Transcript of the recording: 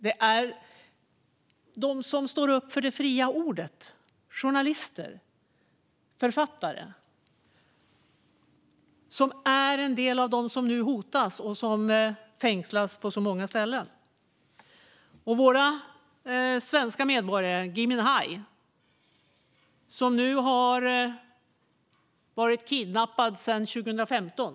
De som står upp för det fria ordet - journalister och författare - är en del av dem som nu hotas och fängslas på så många ställen. Vår svenska medborgare Gui Minhai har nu varit kidnappad sedan 2015.